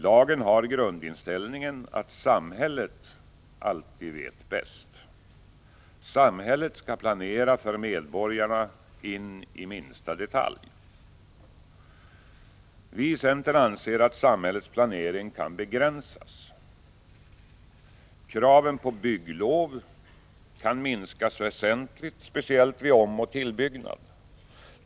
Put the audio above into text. Lagen har grundinställningen att samhället alltid vet bäst. Samhället skall planera för medborgarna in i minsta detalj. Vi i centern anser att samhällets planering kan begränsas. Kraven på bygglov kan minskas väsentligt speciellt vid omoch tillbyggnad.